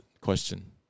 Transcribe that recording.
question